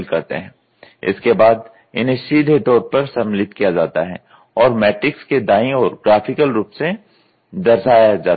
इसके बाद इन्हें सीधे तौर पर सम्मिलित किया जाता है और मैट्रिक्स के दायीं ओर ग्राफिकल रूप से दर्शाया जाता है